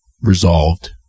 resolved